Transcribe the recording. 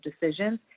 decisions